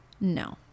No